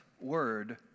word